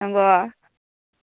नंगौ